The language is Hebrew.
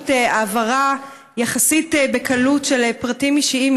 אפשרות העברה בקלות יחסית של פרטים אישיים,